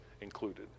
included